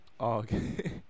Okay